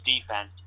defense